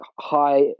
high